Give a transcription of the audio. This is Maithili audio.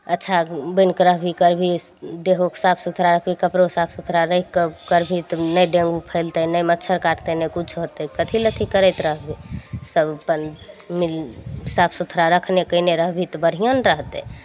अच्छा बैनि कऽ रहबीही करबिही देह ओहके साफ सुथड़ा रखबी कपड़ो साफ सुथड़ा रहि कऽ करबिही तऽ नहि डेंगू फैलतै नहि मच्छड़ काटतै नहि किछु होतै कथी लए अथी करैत रहबिही सब अपन मिल साफ सुथड़ा रखने कयने रहबीही तऽ बढ़िआँ ने रहतै